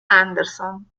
anderson